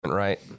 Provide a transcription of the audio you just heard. Right